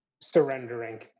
surrendering